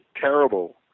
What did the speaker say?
terrible